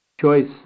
choice